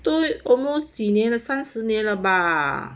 都 almost 几年了三十年了吧